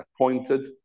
appointed